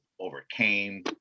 overcame